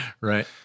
Right